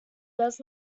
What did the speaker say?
does